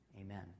Amen